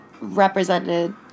represented